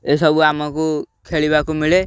ଏସବୁ ଆମକୁ ଖେଳିବାକୁ ମିଳେ